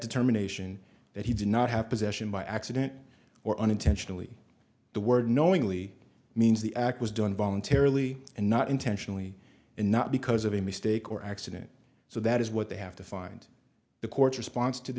determination that he did not have possession by accident or unintentionally the word knowingly means the act was done voluntarily and not intentionally and not because of a mistake or accident so that is what they have to find the court's response to the